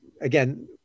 again